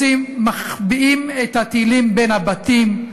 מחביאים את הטילים בין הבתים,